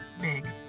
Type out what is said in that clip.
big